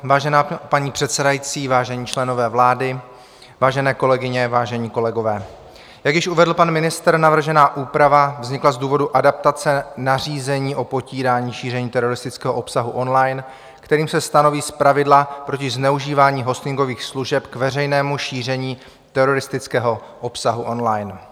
Vážená paní předsedající, vážení členové vlády, vážené kolegyně, vážení kolegové, jak již uvedl pan ministr, navržená úprava vznikla z důvodu adaptace nařízení o potírání šíření teroristického obsahu online, kterým se stanoví pravidla proti zneužívání hostingových služeb k veřejnému šíření teroristického obsahu online.